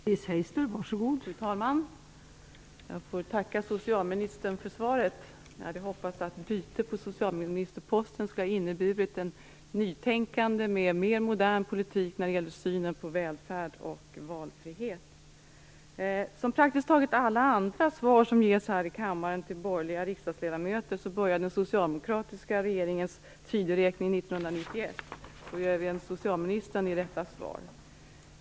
Fru talman! Jag får tacka socialministern för svaret. Jag hade hoppats att bytet på socialministerposten skulle ha inneburit ett nytänkande och en mer modern politik när det gäller synen på välfärd och valfrihet. I praktiskt taget alla svar som ges till borgerliga riksdagsledamöter här i kammaren, börjar den socialdemokratiska regeringens tideräkning 1991. Så är det även i socialministerns svar.